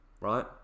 Right